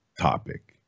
topic